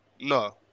No